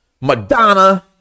madonna